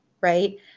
right